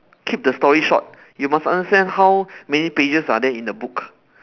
keep the story short you must understand how many pages are there in a book